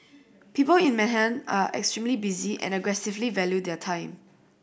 people in Manhattan are extremely busy and aggressively value their time